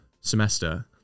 semester